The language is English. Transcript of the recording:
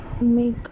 make